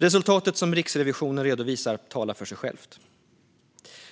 Resultatet som Riksrevisionen redovisar talar för sig självt.